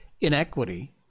inequity